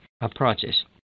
approaches